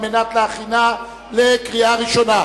לוועדת הכספים על מנת להכינה לקריאה ראשונה.